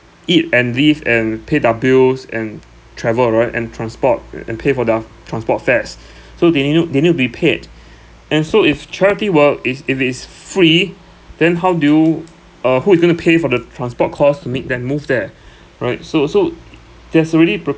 eat and live and pay their bills and travel right and transport a~ and pay for their transport fares so they need to they need to be paid and so if charity work is if it's f~ free then how do you uh who is going to pay for the transport costs to make them move there right so so that's already pro~